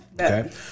Okay